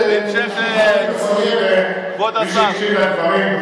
אני חושב שמי שהקשיב לדברים,